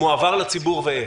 מועבר לציבור ואיך?